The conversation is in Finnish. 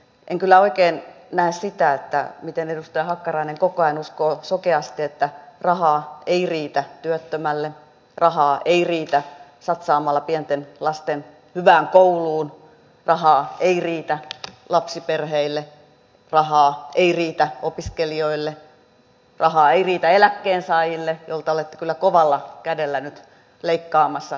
en kyllä oikein näe sitä miten edustaja hakkarainen koko ajan uskoo sokeasti että rahaa ei riitä työttömälle rahaa ei riitä satsata pienten lasten hyvään kouluun rahaa ei riitä lapsiperheille rahaa ei riitä opiskelijoille rahaa ei riitä eläkkeensaajille joilta olette kyllä kovalla kädellä nyt leikkaamassa toimeentuloa